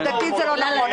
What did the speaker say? זה לא נכון.